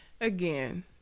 again